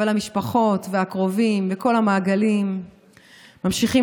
אבל המשפחות והקרובים וכל המעגלים ממשיכים